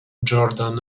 jordan